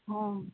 ᱦᱮᱸ